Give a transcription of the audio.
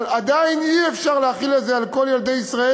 אבל עדיין אי-אפשר להחיל את זה על כל ילדי ישראל,